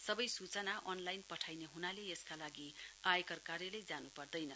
सवै सूचना अनलाईन पठाइने हुनाले यसका लागि आयकर कार्यालय जानु पर्दैन